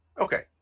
Okay